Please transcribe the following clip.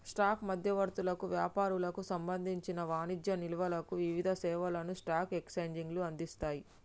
stock మధ్యవర్తులకు, వ్యాపారులకు సంబంధించిన వాణిజ్య నిల్వలకు వివిధ సేవలను స్టాక్ ఎక్స్చేంజ్లు అందిస్తయ్